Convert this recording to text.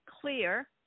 Clear